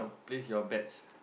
place your bets